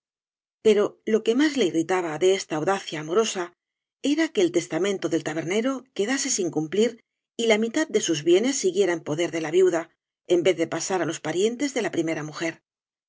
pero lo que más le irritaba de esta audacia amorosa era que el testamento del tabernero quedase sin cumplir y la mitad de sus bienes siguiera en poder de la viuda en vez de pasar á los parientes de la primera mujer